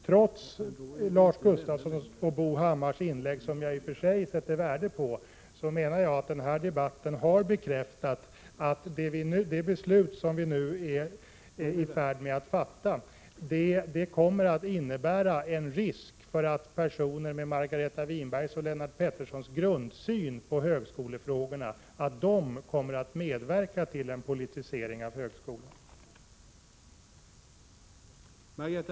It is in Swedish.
Trots Lars Gustafssons och Bo Hammars inlägg, som jag i och för sig sätter värde på, anser jag att den här debatten har bekräftat att det beslut vi nu är i färd med att fatta kommer att innebära en risk för att personer med Margareta Winbergs och Lennart Petterssons grundsyn på högskolefrågorna kommer att medverka till en politisering av högskolorna.